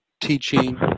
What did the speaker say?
teaching